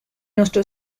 nostro